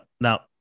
now